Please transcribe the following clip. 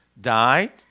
died